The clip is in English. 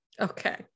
Okay